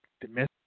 Domestic